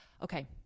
Okay